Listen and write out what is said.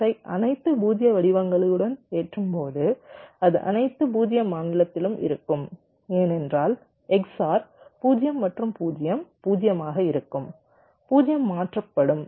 ஆரை அனைத்து 0 வடிவங்களுடனும் ஏற்றும்போது அது அனைத்து 0 மாநிலத்திலும் இருக்கும் ஏனென்றால் XOR 0 மற்றும் 0 0 ஆக இருக்கும் 0 மாற்றப்படும்